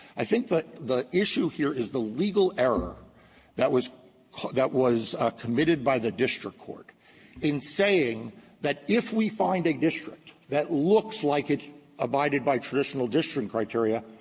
i think that the issue here is the legal error that was that was committed by the district court in saying that, if we find a district that looks like it's abided by traditional districting criteria,